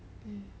mm